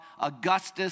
Augustus